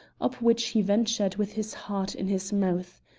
up which he ventured with his heart in his mouth.